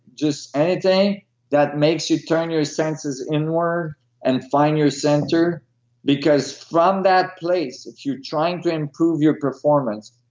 just anything that makes you turn your senses inward and find your center because from that place, if you're trying to improve your performance,